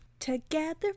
together